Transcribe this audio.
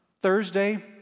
Thursday